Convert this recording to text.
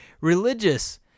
Religious